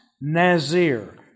nazir